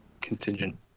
contingent